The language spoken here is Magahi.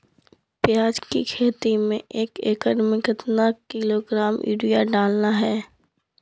प्याज की खेती में एक एकद में कितना किलोग्राम यूरिया डालना है?